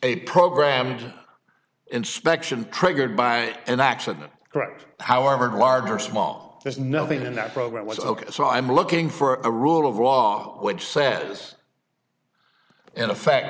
a programmed inspection triggered by an accident correct however large or small there's nothing in that program was ok so i'm looking for a rule of law which says in effect